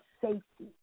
safety